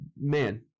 man